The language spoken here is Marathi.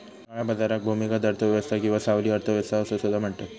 काळ्या बाजाराक भूमिगत अर्थ व्यवस्था किंवा सावली अर्थ व्यवस्था असो सुद्धा म्हणतत